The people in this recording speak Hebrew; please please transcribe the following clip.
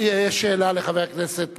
יש שאלה לחבר הכנסת בר-און,